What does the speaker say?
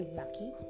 lucky